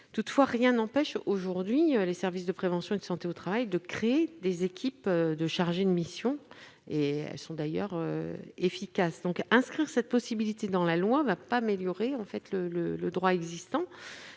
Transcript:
Toutefois, rien n'empêche aujourd'hui les services de prévention et de santé au travail de créer des équipes de chargés de mission, qui sont d'ailleurs efficaces. Inscrire cette possibilité dans la loi ne permet pas d'améliorer le droit existant.